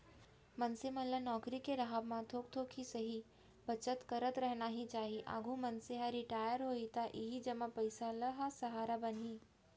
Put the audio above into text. मनसे मन ल नउकरी के राहब म थोक थोक ही सही बचत करत रखना ही चाही, आघु मनसे ह रिटायर होही त इही जमा पइसा ह सहारा बनही